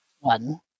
one